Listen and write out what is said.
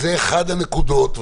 זאת אחת הנקודות.